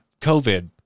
COVID